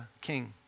king